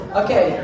okay